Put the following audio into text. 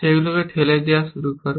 সেগুলিকে ঠেলে দেওয়া শুরু করেন